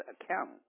account